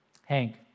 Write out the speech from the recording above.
Hank